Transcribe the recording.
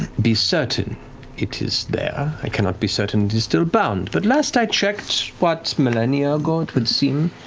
be certain it is there. i cannot be certain it is still bound, but last i checked, what, millennia ago, it would seem,